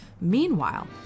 Meanwhile